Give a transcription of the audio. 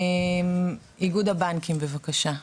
איגוד הבנקים, בבקשה.